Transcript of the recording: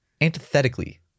Antithetically